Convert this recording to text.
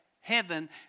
heaven